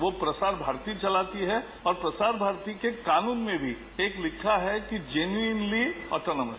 वो प्रसार भारती चलाती है और प्रसार भारती के कानून में भी एक लिखा है कि जेनरली ऑटोनोमी